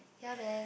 yea man